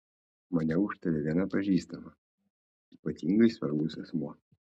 mane užtarė viena pažįstama ypatingai svarbus asmuo